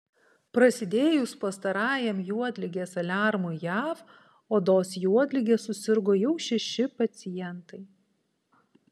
prasidėjus pastarajam juodligės aliarmui jav odos juodlige susirgo jau šeši pacientai